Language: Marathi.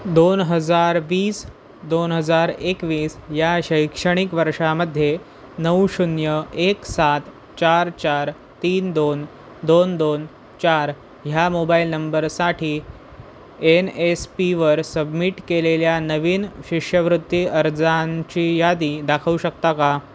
दोन हजार वीस दोन हजार एकवीस या शैक्षणिक वर्षामध्ये नऊ शून्य एक सात चार चार तीन दोन दोन दोन चार ह्या मोबाईल नंबरसाठी एन एस पीवर सबमिट केलेल्या नवीन शिष्यवृत्ती अर्जांची यादी दाखवू शकता का